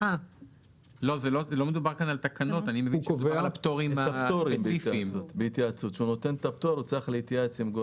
כי לא יכול להיות שיעשו שינויים מידיים בהיתר ולא נהיה מעודכנים.